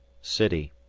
city.